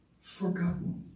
forgotten